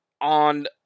on